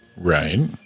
Right